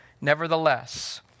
Nevertheless